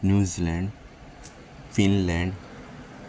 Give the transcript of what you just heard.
New Zealand Finland